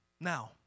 Now